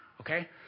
okay